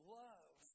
love